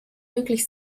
möglich